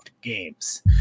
games